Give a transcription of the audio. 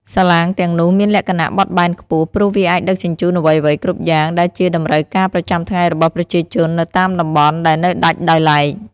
សាឡាងទាំងនោះមានលក្ខណៈបត់បែនខ្ពស់ ព្រោះវាអាចដឹកជញ្ជូនអ្វីៗគ្រប់យ៉ាងដែលជាតម្រូវការប្រចាំថ្ងៃរបស់ប្រជាជននៅតាមតំបន់ដែលនៅដាច់ដោយឡែក។